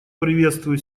приветствую